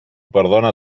perdona